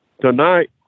tonight